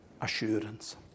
assurance